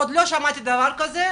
עוד לא שמעתי על דבר כזה.